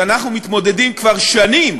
שאנחנו מתמודדים כבר שנים